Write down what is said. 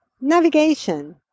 Navigation